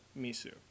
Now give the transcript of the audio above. Misu